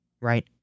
Right